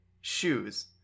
Shoes